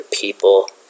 people